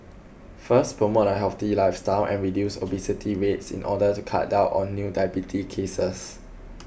first promote a healthy lifestyle and reduce obesity rates in order to cut down on new diabetes cases